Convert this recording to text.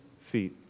feet